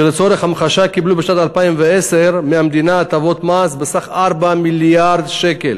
שלצורך המחשה קיבלו בשנת 2010 מהמדינה הטבות מס בסך 4 מיליארד שקלים